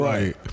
Right